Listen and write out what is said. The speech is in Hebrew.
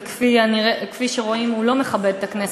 וכפי שרואים הוא לא מכבד את הכנסת,